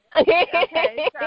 Okay